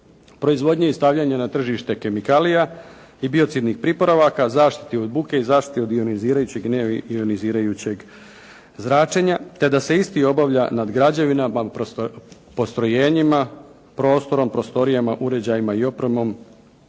proizvodnje i stavljanje na tržište kemikalija i biocidnih pripravaka, zaštite od buke, zaštite od ionizirajućeg i neionizirajućeg zračenja te da se isti obavlja nad građevinama, postrojenjima, prostorom, prostorijama, uređajima i opremom